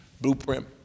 Blueprint